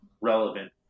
relevant